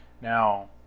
Now